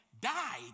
died